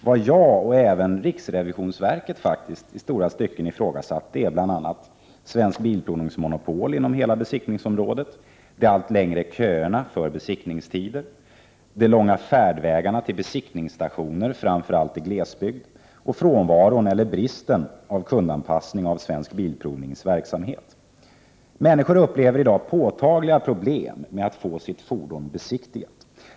Vad jag, och faktiskt även riksrevisionsverket, i långa stycken ifrågasatt är bl.a. Svensk Bilprovnings monopol inom hela besiktningsområdet, de allt längre köerna för att få besiktningstider, de långa färdvägarna till besiktningsstationer, framför allt i glesbygd, och bristen på kundanpassning i Svensk Bilprovnings verksamhet. Människor upplever i dag påtagliga problem med att få sitt fordon besiktigat.